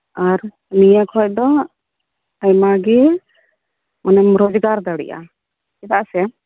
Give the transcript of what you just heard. ᱟᱨ ᱱᱤᱭᱟᱹ ᱠᱷᱚᱡ ᱫᱚ ᱟᱭᱢᱟᱜᱮ ᱢᱟᱱᱮᱢ ᱨᱚᱡᱽᱜᱟᱨ ᱫᱟᱲᱮᱭᱟᱜᱼᱟ ᱪᱮᱫᱟᱜ ᱥᱮ